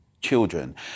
children